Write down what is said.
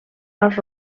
als